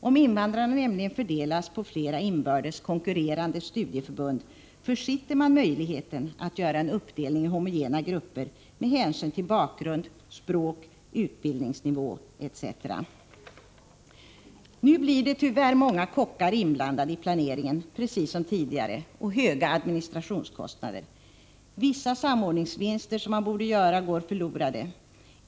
Om invandrarna fördelas på flera inbördes konkurrerande studieförbund, försitter man nämligen möjligheten att göra en uppdelning i homogena grupper med hänsyn till bakgrund, språk, utbildningsnivå etc. Nu blir tyvärr många kockar inblandade i planeringen precis som tidigare, och administrationskostnaderna blir höga. Vissa samordningsvinster som man borde göra går förlorade.